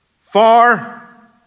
far